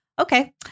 Okay